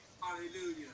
hallelujah